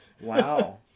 wow